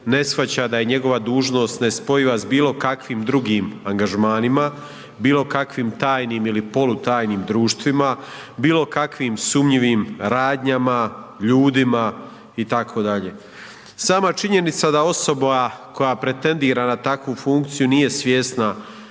ne shvaća da je njegova dužnost nespojiva s bilo kakvim drugim angažmanima, bilo kakvim tajnim ili polutajnim društvima, bilo kakvim sumnjivim radnjama, ljudima itd. Sama činjenica da osoba koja pretendira na takvu funkciju nije svjesna